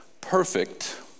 perfect